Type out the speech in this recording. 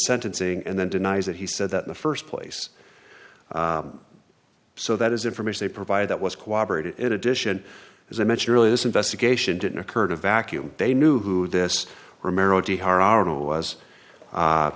sentencing and then denies that he said that the st place so that is information they provided that was cooperated in addition as i mentioned earlier this investigation didn't occur to vacuum they knew who this